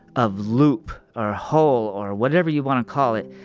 of loop, or hole, or whatever you want to call it,